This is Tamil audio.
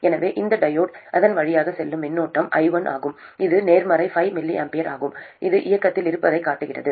எனவே இந்த டையோடு அதன் வழியாக செல்லும் மின்னோட்டம் i1 ஆகும் இது நேர்மறை 5 mA ஆகும் இது இயக்கத்தில் இருப்பதைக் காட்டுகிறது